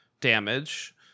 damage